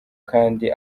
kandi